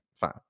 Fine